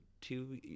two